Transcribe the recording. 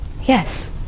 yes